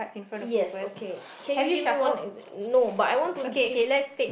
yes okay can you give me one example no but I want to give